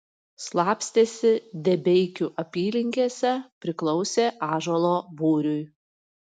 slapstėsi debeikių apylinkėse priklausė ąžuolo būriui